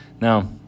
Now